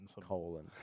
Colon